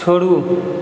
छोड़ू